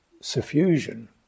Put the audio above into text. suffusion